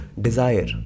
desire